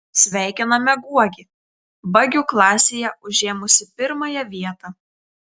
sveikiname guogį bagių klasėje užėmusį pirmąją vietą